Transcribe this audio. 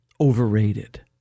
overrated